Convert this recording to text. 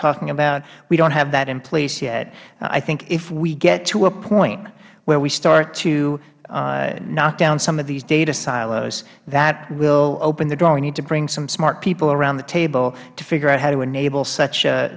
talking about we dont have that in place yet i think if we get to a point where we start to knock down some of these data silos that will open the door we need to bring some smart people around the table to figure out how to